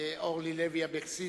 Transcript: אורלי לוי אבקסיס.